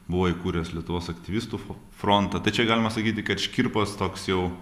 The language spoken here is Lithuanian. buvo įkūręs lietuvos aktyvistų fro frontą tai čia galima sakyti kad škirpos toks jau